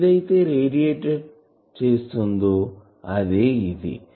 ఏదయితే రేడియేట్ చేస్తుందో అదే ఇది